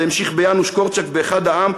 זה המשיך ביאנוש קורצ'אק ובאחד-העם,